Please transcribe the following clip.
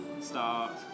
start